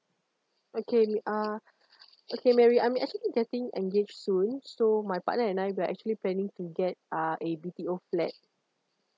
okay we are okay mary I'm actually getting engaged soon so my partner and I we are actually planning to get uh a B_T_O flat